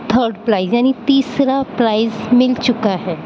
third prize یعنی تیسرا prize مل چکا ہے